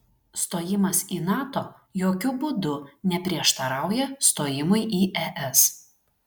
stojimas į nato jokiu būdu neprieštarauja stojimui į es